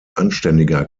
anständiger